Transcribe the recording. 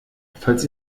falls